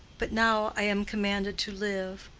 but now i am commanded to live.